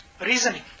reasoning